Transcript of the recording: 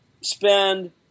spend